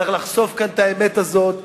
צריך לחשוף כאן את האמת הזאת.